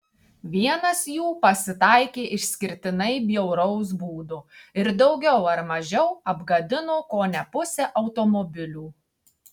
vienas jų pasitaikė išskirtinai bjauraus būdo ir daugiau ar mažiau apgadino kone pusę automobilių